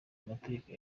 amategeko